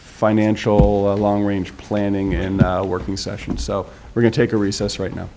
financial long range planning and working session so we're going take a recess right now